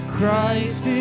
Christ